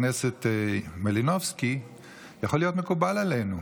הכנסת מלינובסקי יכול להיות מקובל עלינו,